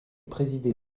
présidé